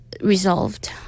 Resolved